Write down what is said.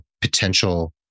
potential